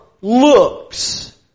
looks